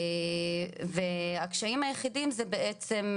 והקשיים היחידים הם בעצם,